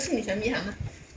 可是你想 meet 他吗